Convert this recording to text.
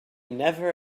never